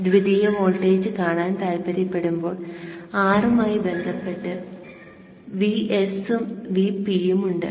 ദ്വിതീയ വോൾട്ടേജ് കാണാൻ താൽപ്പര്യപ്പെടുമ്പോൾ R മായി ബന്ധപ്പെട്ട് VS ഉം VP ഉം ഉണ്ട്